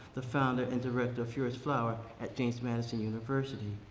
the founder and director of furious flower at james madison university.